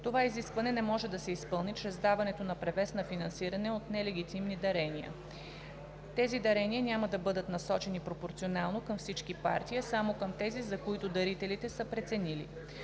Това изискване не може да се изпълни чрез даването на превес на финансиране от нелегитимни дарения. Тези дарения няма да бъдат насочени пропорционално към всички партии, а само към тези, за които дарителите са преценили.